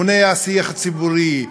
מונע שיח ציבורי,